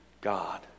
God